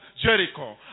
Jericho